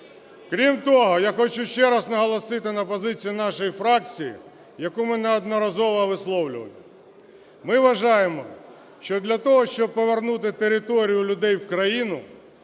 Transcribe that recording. Крім того, я хочу ще раз наголосити на позиції нашої фракції, яку ми неодноразово висловлювали. Ми вважаємо, що для того, щоб повернути територію і людей в країну,